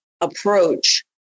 approach